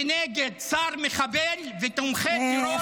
כנגד שר מחבל ותומכי טרור מהצד הזה.